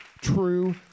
True